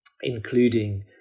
including